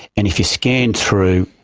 and if you scan through,